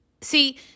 See